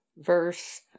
verse